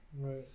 Right